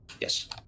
Yes